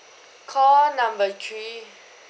call number three